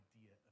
idea